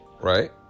right